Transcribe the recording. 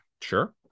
Sure